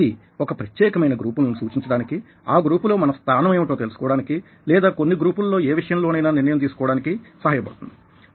ఇది ఒక ప్రత్యేకమైన గ్రూపులను సూచించడానికి ఆ గ్రూపులో మన స్థానం ఏమిటో తెలుసుకోవడానికి లేదా కొన్ని గ్రూపులలో ఏ విషయంలోనైనా నిర్ణయం తీసుకోవడానికి సహాయపడుతుంది